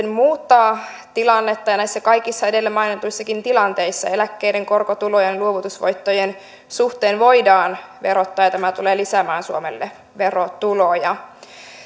muuttaa tilannetta myös näissä kaikissa edellä mainituissa tilanteissa eläkkeiden korotulojen ja luovutusvoittojen suhteen voidaan verottaa ja tämä tulee lisäämään suomelle verotuloja